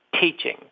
teaching